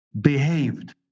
behaved